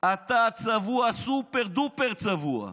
אתה צבוע, סופר-דופר צבוע.